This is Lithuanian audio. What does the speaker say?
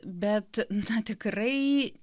bet na tikrai